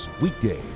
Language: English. weekdays